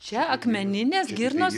čia akmeninės girnos